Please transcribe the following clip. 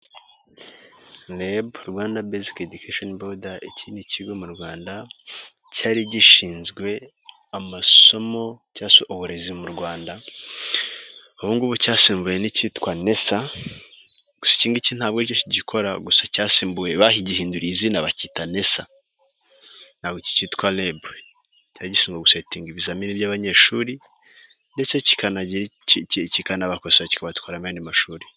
REB: Rwanda basic Education Bord iki ni ikigo mu Rwanda, cyari gishinzwe amasomo cyangwa se uburezi mu Rwanda. Ubu ngubu cyasimbuwe n'icyitwa NESSA, gusa iki ngiki ntabwo ari cyo kigikora gusa cyasimbuwe, bagihinduriye izina bakita NESSA, ntabwo kikitwa REB. Cyari gishinzwe gusetinga ibizamini by'abanyeshuri ndetse kikanabakosora kikabatwara muyandi mashuri.